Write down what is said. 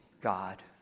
God